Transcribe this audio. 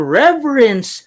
reverence